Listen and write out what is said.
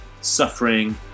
suffering